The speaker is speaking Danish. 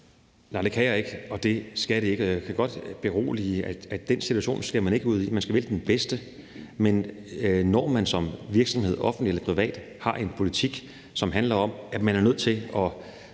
Nej, det kan jeg ikke, og det skal det ikke. Jeg kan godt berolige med at sige, at den situation skal man ikke ud i. Man skal vælge den bedste. Man skal som virksomhed, offentlig eller privat, have en politik, som handler om, at man er nødt til at